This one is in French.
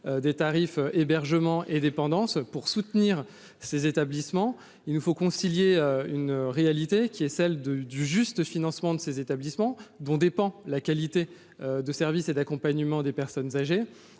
des tarifs hébergement et dépendance. Il importe de concilier une réalité, qui est celle du juste financement de ces établissements, dont dépend la qualité de service et d'accompagnement des personnes âgées,